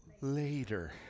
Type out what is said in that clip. later